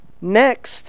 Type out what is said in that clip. Next